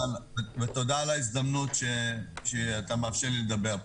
ותודה על ההזדמנות שאתה מאפשר לי לדבר.